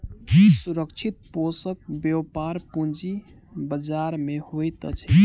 सुरक्षित कोषक व्यापार पूंजी बजार में होइत अछि